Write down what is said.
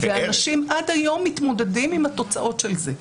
ואנשים עד היום מתמודדים עם התוצאות של זה.